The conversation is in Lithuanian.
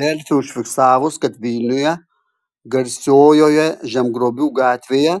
delfi užfiksavus kad vilniuje garsiojoje žemgrobių gatvėje